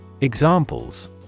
Examples